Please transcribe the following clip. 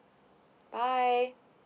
bye